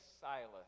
Silas